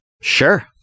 Sure